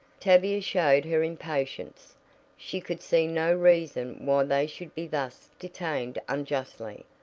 tavia showed her impatience she could see no reason why they should be thus detained unjustly.